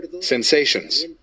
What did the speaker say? sensations